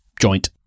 joint